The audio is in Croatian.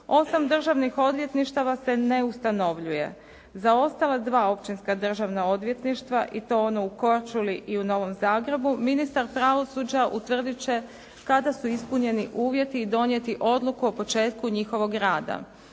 8 državnih odvjetništava se ne ustanovljuje. Za ostala dva državna odvjetništva i to ono u Korčuli u Novo Zagrebu ministar pravosuđa utvrditi će kada su ispunjeni uvjeti i donijeti odluku o početku njihovog rada.